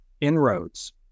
inroads